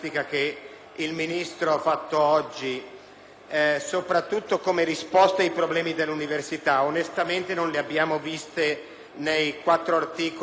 soprattutto come risposta ai problemi dell'università: onestamente di risposte non ne abbiamo viste nei quattro articoli che compongono il provvedimento.